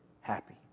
happy